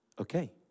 Okay